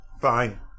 Fine